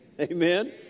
Amen